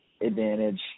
advantage